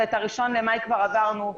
שאת ה-1 למאי כבר עברנו.